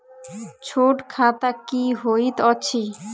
छोट खाता की होइत अछि